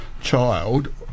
child